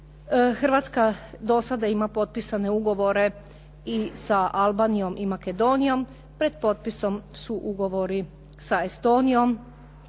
Hrvatska do sada ima potpisane ugovore i sa Albanijom i Makedonijom, pred potpisom su ugovori sa Estonijom